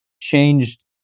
changed